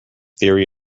theory